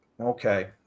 okay